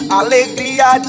alegria